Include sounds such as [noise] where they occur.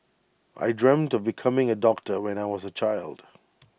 I dreamt of becoming A doctor when I was A child [noise]